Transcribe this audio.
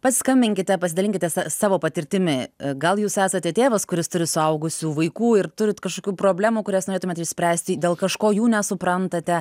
paskambinkite pasidalinkite savo patirtimi gal jūs esate tėvas kuris turi suaugusių vaikų ir turit kažkokių problemų kurias norėtumėt išspręsti dėl kažko jų nesuprantate